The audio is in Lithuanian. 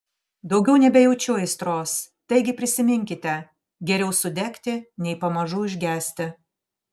daugiau nebejaučiu aistros taigi prisiminkite geriau sudegti nei pamažu užgesti